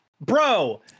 bro